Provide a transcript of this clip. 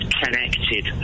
connected